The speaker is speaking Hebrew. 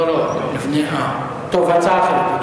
טוב, הצעה אחרת.